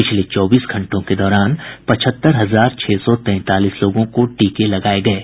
पिछले चौबीस घंटे के दौरान पचहत्तर हजार छह सौ तैंतालीस लोगों को टीका लगाया गया है